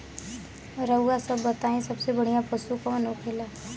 रउआ सभ बताई सबसे बढ़ियां पशु कवन होखेला?